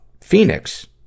phoenix